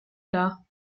dar